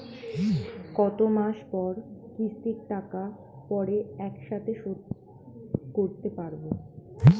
কত মাস পর কিস্তির টাকা পড়ে একসাথে শোধ করতে পারবো?